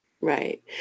Right